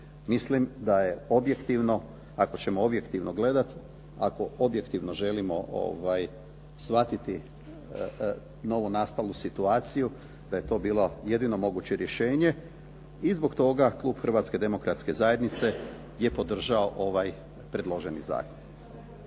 Mislim da je objektivno, ako ćemo objektivno gledat, ako objektivno želimo shvatiti novonastalu situaciju da je to bilo jedino moguće rješenje i zbog toga klub Hrvatske demokratske zajednice je podržao ovaj predloženi zakon.